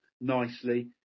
nicely